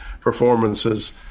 performances